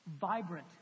vibrant